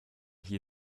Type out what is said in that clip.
hier